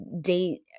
date